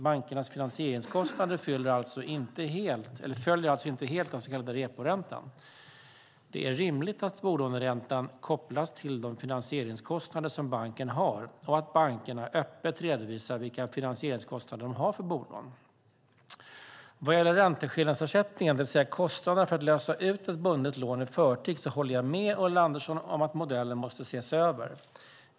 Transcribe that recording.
Bankernas finansieringskostnader följer alltså inte helt den så kallade reporäntan. Det är rimligt att bolåneräntan kopplas till de finansieringskostnader som banken har och att bankerna öppet redovisar vilka finansieringskostnader de har för bolånen. Vad gäller ränteskillnadsersättningen, det vill säga kostnaderna för att lösa ut ett bundet lån i förtid, håller jag med Ulla Andersson om att modellen måste ses över.